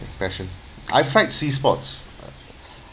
passion I've tried sea sports